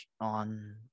on